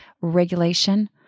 regulation